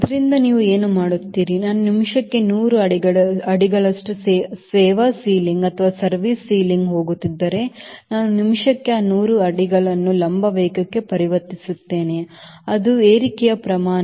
ಆದ್ದರಿಂದ ನೀವು ಏನು ಮಾಡುತ್ತೀರಿ ನಾನು ನಿಮಿಷಕ್ಕೆ ನೂರು ಅಡಿಗಳಷ್ಟು ಸೇವಾ ಸೀಲಿಂಗ್ಗೆ ಹೋಗುತ್ತಿದ್ದರೆ ನಾನು ನಿಮಿಷಕ್ಕೆ ಆ ನೂರು ಅಡಿಗಳನ್ನು ಲಂಬ ವೇಗಕ್ಕೆ ಪರಿವರ್ತಿಸುತ್ತೇನೆ ಅದು ಏರಿಕೆಯ ಪ್ರಮಾಣ